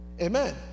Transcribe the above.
Amen